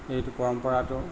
এইটো পৰম্পৰাটো